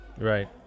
right